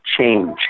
change